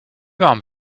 warm